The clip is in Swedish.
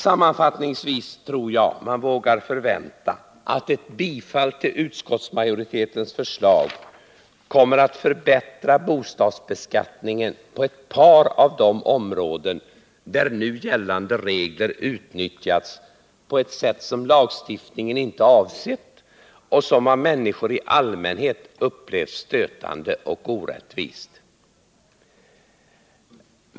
Sammanfattningsvis tror jag man vågar förvänta att ett bifall till utskottsmajoritetens förslag kommer att förbättra bostadsbeskattningen på ett par av de områden där nu gällande regler utnyttjats på ett sätt som lagstiftningen inte avsett och som av människor i allmänhet har upplevts som stötande och orättvist.